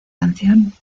canción